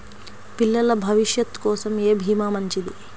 పిల్లల భవిష్యత్ కోసం ఏ భీమా మంచిది?